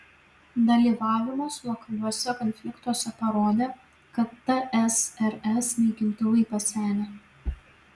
dalyvavimas lokaliuose konfliktuose parodė kad tsrs naikintuvai pasenę